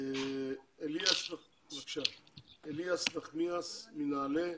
אליאס נחמיאס מנעל"ה,